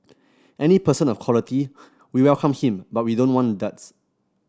any person of quality we welcome him but we don't want duds